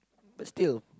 but still